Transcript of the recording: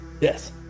yes